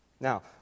Now